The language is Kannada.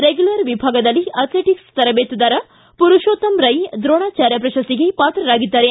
ರೆಗ್ಣೂಲರ್ ವಿಭಾಗದಲ್ಲಿ ಅಥ್ಲೆಟಕ್ಸ್ ತರಬೇತುದಾರ ಪುರುಷೋತ್ತಮ ರೈ ದ್ರೋಣಾಚಾರ್ಯ ಪ್ರಶಸ್ತಿಗೆ ಪಾತ್ರರಾಗಿದ್ದಾರೆ